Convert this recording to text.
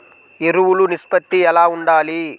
ఎరువులు నిష్పత్తి ఎలా ఉండాలి?